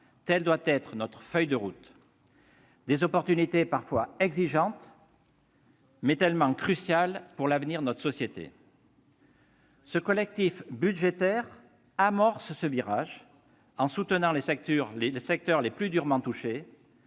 telle doit être notre feuille de route. Il s'agit d'opportunités parfois exigeantes, mais elles sont réellement cruciales pour l'avenir de notre société. Ce PLFR amorce ce virage en soutenant les secteurs les plus durement touchés-